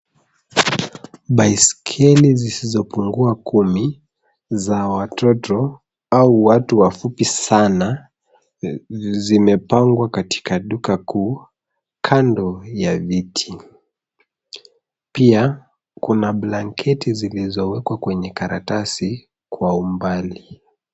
Baiskeli zisizopungua kumi, za watoto au watu wafupi sana, zimepangwa katika duka kuu, kando ya viti. Pia, kuna blanketi zilizowekwa kwenye karatasi kwa umbali.